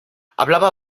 hablaba